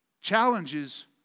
Challenges